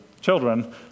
children